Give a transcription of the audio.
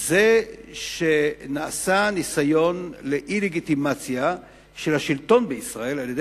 זה שנעשה ניסיון לאי-לגיטימציה של השלטון בישראל על-ידי